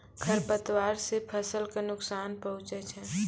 खरपतवार से फसल क नुकसान पहुँचै छै